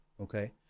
Okay